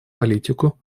политику